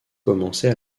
commencée